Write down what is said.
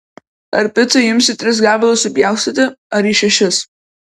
ar picą jums į tris gabalus supjaustyti ar į šešis